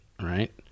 Right